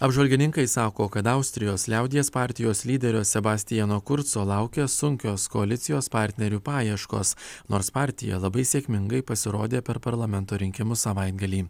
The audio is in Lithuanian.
apžvalgininkai sako kad austrijos liaudies partijos lyderio sebastiano kurco laukia sunkios koalicijos partnerių paieškos nors partija labai sėkmingai pasirodė per parlamento rinkimų savaitgalį